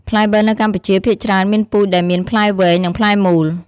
ផ្លែប័រនៅកម្ពុជា ភាគច្រើនមានពូជដែលមានផ្លែវែង និងផ្លែមូល។